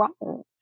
wrong